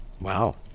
Wow